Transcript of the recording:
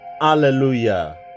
Hallelujah